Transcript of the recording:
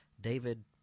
David